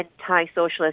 anti-socialist